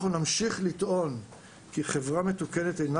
אנחנו נמשיך לטעון כי חברה מתוקנת אינה